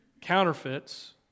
counterfeits